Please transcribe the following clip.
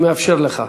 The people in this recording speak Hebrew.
אני מאפשר לך.